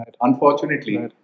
Unfortunately